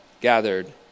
gathered